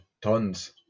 tons